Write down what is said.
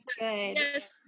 Yes